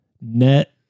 net